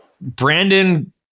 Brandon